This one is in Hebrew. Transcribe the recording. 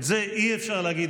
את זה אי-אפשר להגיד.